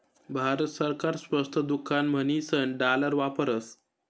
भारत सरकार स्वस्त दुकान म्हणीसन डालर वापरस